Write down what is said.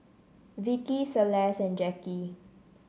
Vicki Celeste and Jackie